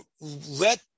Let